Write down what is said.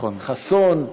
חסוֹן.